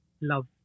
love